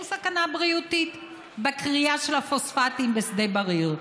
סכנה בריאותית בכרייה של הפוספטים בשדה בריר.